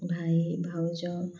ଭାଇ ଭାଉଜ